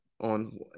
on